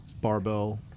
Barbell